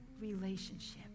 relationship